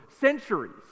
centuries